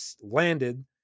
landed